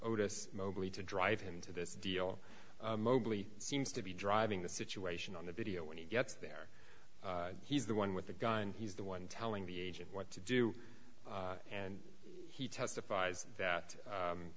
s mobley to drive him to this deal mobley seems to be driving the situation on the video when he gets there he's the one with the gun he's the one telling the agent what to do and he testifies that